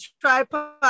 tripod